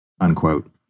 unquote